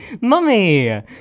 Mummy